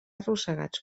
arrossegats